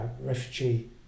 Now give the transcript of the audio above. refugee